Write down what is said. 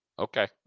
Okay